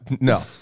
No